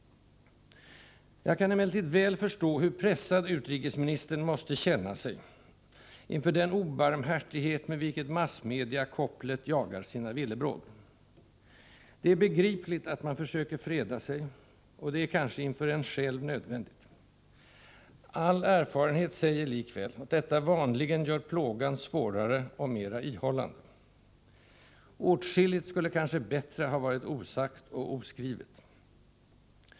Jag kan emellertid väl förstå hur pressad utrikesministern måste känna sig inför den obarmhärtighet, med vilken massmediakopplet jagar sina villebråd. Det är begripligt att man försöker freda sig, och det är kanske inför en själv nödvändigt. All erfarenhet säger likväl att detta vanligen gör plågan svårare och mera ihållande. Åtskilligt skulle kanske hellre ha varit osagt och oskrivet.